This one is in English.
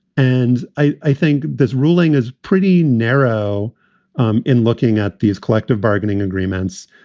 and i think this ruling is pretty narrow um in looking at these collective bargaining agreements.